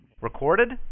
Recorded